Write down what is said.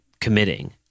committing